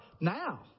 now